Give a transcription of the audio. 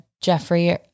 Jeffrey